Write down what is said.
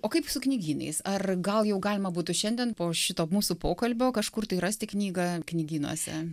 o kaip su knygynais ar gal jau galima būtų šiandien po šito mūsų pokalbio kažkur tai rasti knygą knygynuose